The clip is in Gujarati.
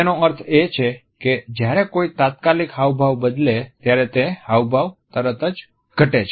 તેનો અર્થ એ છે કે જ્યારે કોઈ તાત્કાલિક હાવભાવ બદલે ત્યારે તે હાવભાવ તરત જ ઘટે છે